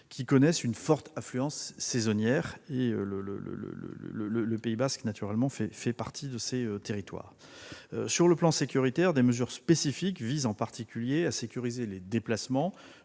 qui connaissent une forte affluence saisonnière- le Pays basque n'y fait naturellement pas exception. Sur le plan sécuritaire, des mesures spécifiques visent en particulier à sécuriser les déplacements